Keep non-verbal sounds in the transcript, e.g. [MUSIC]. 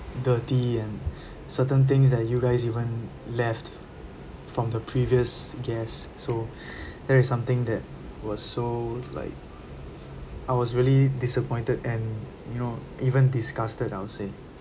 dirty and [BREATH] certain things that you guys even left from the previous guest so [BREATH] that is something that was so like I was really disappointed and you know even disgusted I would say